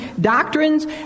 doctrines